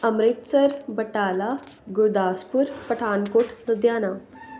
Amritsar Batala Gurdaspur Pathankot Ludhiana